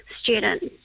students